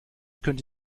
könnte